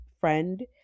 friend